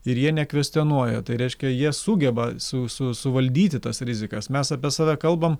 ir jie nekvestionuoja tai reiškia jie sugeba su su suvaldyti tas rizikas mes apie save kalbam